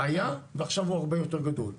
היה ועכשיו הוא הרבה יותר גדול.